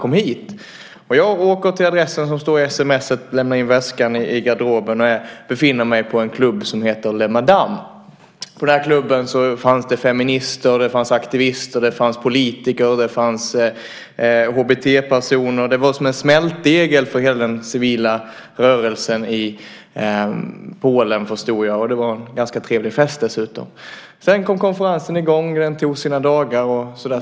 Kom hit! Jag åker till adressen som står i sms:et, lämnar in väskan i garderoben och befinner mig på en klubb som heter Le Madame. På klubben fanns det feminister, aktivister, politiker, HBT-personer. Det var som en smältdegel för hela den civila rörelsen i Polen, förstod jag. Det var en ganska trevlig fest dessutom. Sedan kom konferensen i gång. Den tog sina dagar.